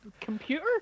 computer